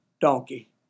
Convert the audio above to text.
donkey